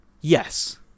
Yes